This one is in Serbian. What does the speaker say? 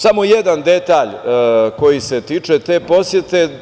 Samo jedan detalj koji se tiče te posete.